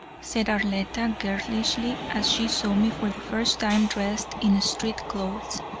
said arletta, girlishly, as she saw me for the first time dressed in street clothes,